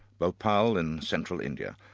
bhopal, in central india.